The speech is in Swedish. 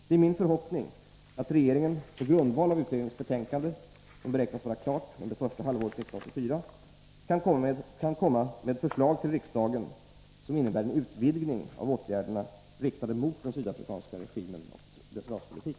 Det är min förhoppning att regeringen på grundval av utredningens betänkande, som beräknas vara klart under första halvåret 1984, kan komma med förslag till riksdagen som innebär en utvidgning av åtgärderna riktade mot den sydafrikanska regimen och dess raspolitik.